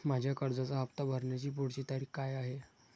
माझ्या कर्जाचा हफ्ता भरण्याची पुढची तारीख काय आहे?